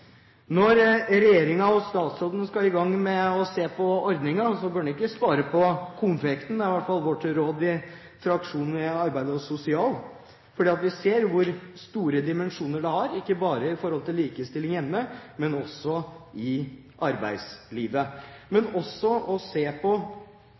Når regjeringen og statsråden skal i gang med å se på ordningen, bør en ikke spare på konfekten. Det er i hvert fall vårt råd i fraksjonen i arbeids- og sosialkomiteen. For vi ser hvor store dimensjoner det har, ikke bare i forhold til likestilling hjemme, men også i arbeidslivet.